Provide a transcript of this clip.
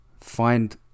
find